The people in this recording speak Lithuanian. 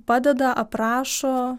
padeda aprašo